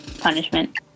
punishment